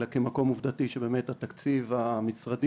אלא כמקום עובדתי שבאמת התקציב המשרדי